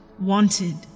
wanted